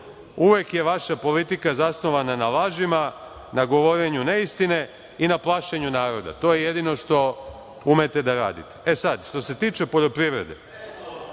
uvek je vaša politika zasnovana na lažima, na govorenju neistine i na plašenju naroda. To je jedino što umete da radite.E, sad, što se tiče poljoprivrede,